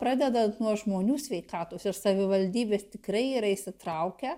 pradedant nuo žmonių sveikatos ir savivaldybės tikrai yra įsitraukę